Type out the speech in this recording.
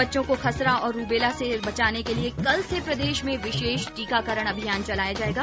बच्चों को खसरा और रूबेला रोग से बचाने के लिये कल से प्रदेश में विशेष टीकाकरण अभियान चलाया जायेगा